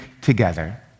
together